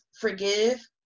forgive